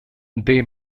they